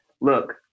look